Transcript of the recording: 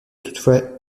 toutefois